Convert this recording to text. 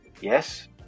Yes